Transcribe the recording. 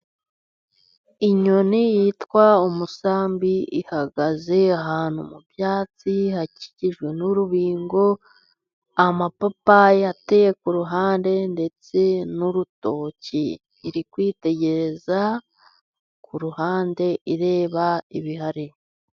Inyoni yitwa umusambi ihagaze ahantu mu byatsi hakikijwe n'urubingo, amapapayi ateye ku ruhande ndetse n'urutoki, iri kwitegereza ku ruhande ireba ibihari.